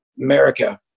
America